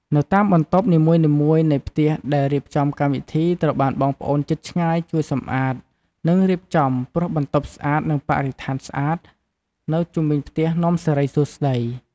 នៅតាមបន្ទប់នីមួយនៃផ្ទះដែលរៀបចំកម្មវិធីត្រូវបានបងប្អូនជិតឆ្ងាយជួយសម្អាតនិងរៀបចំព្រោះបន្ទប់ស្អាតនិងបរិស្ថានស្អាតនៅជុំវិញផ្ទះនាំសិរីសួស្តី។